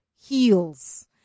heels